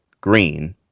Green